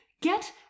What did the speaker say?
Get